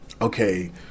okay